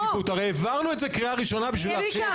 הרי העברנו את זה קריאה ראשונה בשביל --- צביקה,